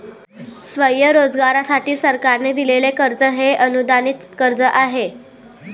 स्वयंरोजगारासाठी सरकारने दिलेले कर्ज हे अनुदानित कर्ज आहे